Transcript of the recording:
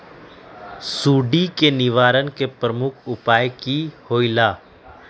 सुडी के निवारण के प्रमुख उपाय कि होइला?